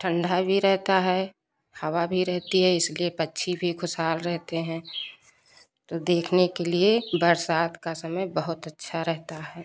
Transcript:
ठंडा भी रहता है हवा भी रहती है इसलिए पक्षी भी खुशहाल रहते हैं तो देखने के लिए बरसात का समय बहुत अच्छा रहता है